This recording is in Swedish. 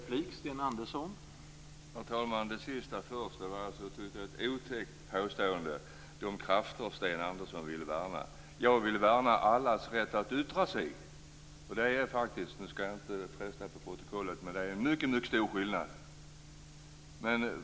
Herr talman! För att ta det sista först tycker jag att det var ett otäckt påstående: "De krafter som Sten Andersson vill värna". Jag vill värna allas rätt att yttra sig. Jag skall inte fresta på protokollet, men det är en mycket stor skillnad.